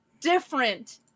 different